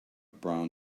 brown